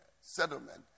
settlement